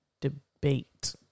debate